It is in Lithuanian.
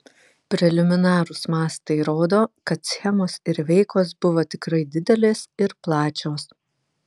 preliminarūs mastai rodo kad schemos ir veikos buvo tikrai didelės ir plačios